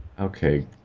Okay